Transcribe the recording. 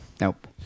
Nope